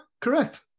correct